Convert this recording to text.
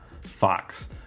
Fox